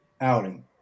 outing